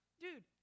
Dude